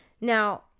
Now